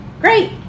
Great